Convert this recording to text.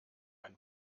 ein